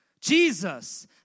Jesus